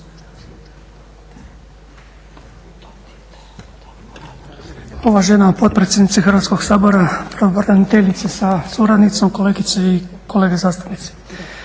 Uvažena potpredsjednice Hrvatskog sabora, pravobraniteljice sa suradnicom, kolegice i kolege zastupnici.